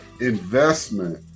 investment